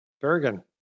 Bergen